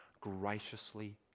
graciously